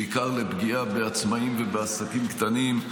בעיקר לפגיעה בעצמאים ובעסקים קטנים,